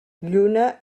lluna